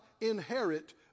inherit